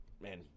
man